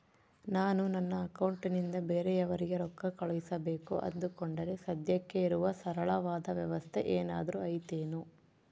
ನಾನು ನನ್ನ ಅಕೌಂಟನಿಂದ ಬೇರೆಯವರಿಗೆ ರೊಕ್ಕ ಕಳುಸಬೇಕು ಅಂದುಕೊಂಡರೆ ಸದ್ಯಕ್ಕೆ ಇರುವ ಸರಳವಾದ ವ್ಯವಸ್ಥೆ ಏನಾದರೂ ಐತೇನು?